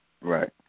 Right